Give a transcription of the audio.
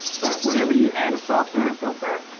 but whenever you add a software and filter,